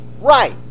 right